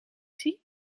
zie